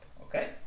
okay